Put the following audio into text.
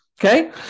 okay